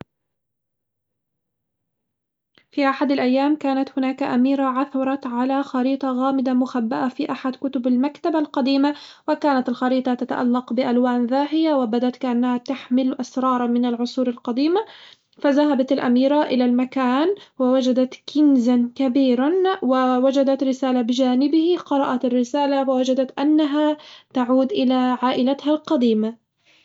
في أحد الأيام، كانت هناك أميرة عثرت على خريطة غامضة مخبأة في أحد كتب المكتبة القديمة وكانت الخريطة تتأنق بألوان زاهية وبدت كأنها تحمل أسرارًا من العصور القديمة، فذهبت الأميرة إلى المكان ووجدت كنزاً كبيرًا ووجدت رسالة بجانبه قرأت الرسالة فوجدت أنها تعود إلى عائلتها القديمة.